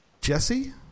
Jesse